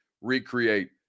recreate